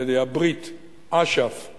על-ידי הברית אש"ף-"חמאס"